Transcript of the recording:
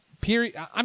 Period